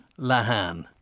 LaHan